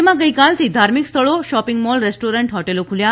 રાજ્યમાં ગઇકાલ થી ધાર્મિક સ્થળો શોપિંગ મોલ રેસ્ટોરન્ટ હોટલો ખૂલ્યા